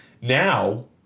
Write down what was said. now